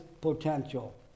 potential